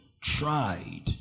tried